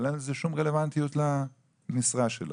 אבל אין לזה שום רלוונטיות למשרה שלו.